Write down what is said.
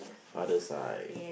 father side